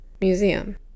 museum